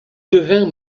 devint